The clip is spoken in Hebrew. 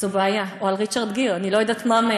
זו בעיה, או על ריצ'ארד גיר, אני לא יודעת מה מהם.